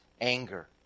anger